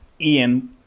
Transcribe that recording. Ian